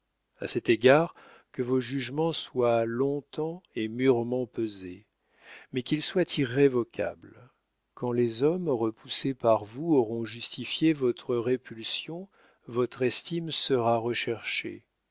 à cet égard que vos jugements soient long-temps et mûrement pesés mais qu'ils soient irrévocables quand les hommes repoussés par vous auront justifié votre répulsion votre estime sera recherchée